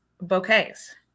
bouquets